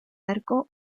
arco